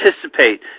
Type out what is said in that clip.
participate